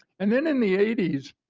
and then in the eighty s,